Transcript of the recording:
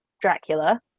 Dracula